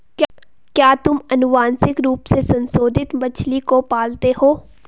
क्या तुम आनुवंशिक रूप से संशोधित मछली को पालते हो?